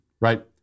right